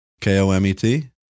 k-o-m-e-t